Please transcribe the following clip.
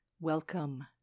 Welcome